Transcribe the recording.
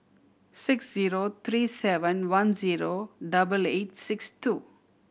six zero three seven one zero double eight six two